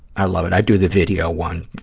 i love it. i do the video one.